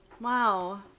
Wow